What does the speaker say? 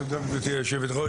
תודה, גברתי היושבת-ראש.